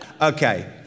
Okay